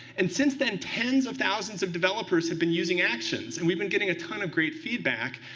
and since then, tens of thousands of developers have been using actions, and we've been getting a ton of great feedback.